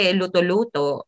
luto-luto